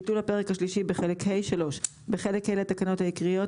ביטול הפרק השלישי בחלק ה' בחלק ה' לתקנות העיקריות,